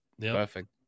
perfect